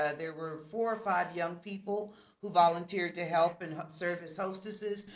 ah there were four or five young people who volunteered to help and serve as hostesses.